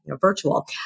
virtual